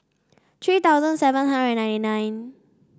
three thousand seven hundred ninety nine